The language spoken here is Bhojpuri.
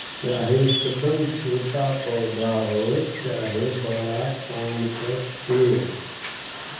चाहे एकदम छोटा पौधा हो चाहे बड़ा पाम क पेड़